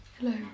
Hello